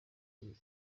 undi